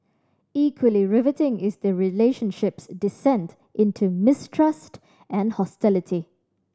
equally riveting is the relationship's descent into mistrust and hostility